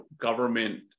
government